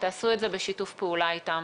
תעשו את זה בשיתוף פעולה אתם.